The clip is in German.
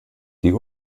die